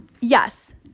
yes